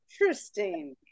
Interesting